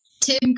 Tim